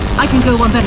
i can go one